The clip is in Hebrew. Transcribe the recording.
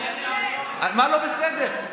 מה לא בסדר?